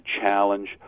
challenge